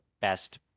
best